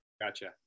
Gotcha